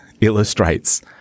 illustrates